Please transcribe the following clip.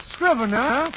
Scrivener